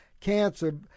cancer